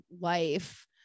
life